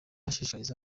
ishishikariza